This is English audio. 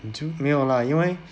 你就没有啦因为